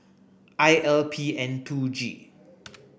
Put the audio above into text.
I L P N two G